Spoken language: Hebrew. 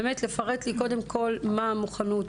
פרטי לי מה המוכנות,